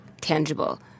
tangible